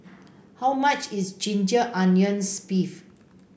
how much is Ginger Onions beef